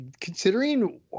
considering